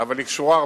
אבל היא גם קשורה,